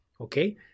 Okay